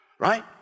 right